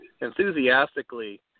enthusiastically